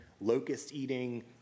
locust-eating